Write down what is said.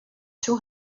two